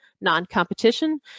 non-competition